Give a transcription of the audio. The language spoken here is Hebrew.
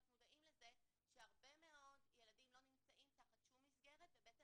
מודעים לכך שהרבה מאוד ילדים לא נמצאים תחת שום מסגרת ובעצם